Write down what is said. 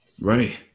Right